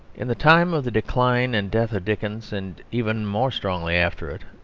in the time of the decline and death of dickens, and even more strongly after it,